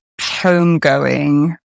Homegoing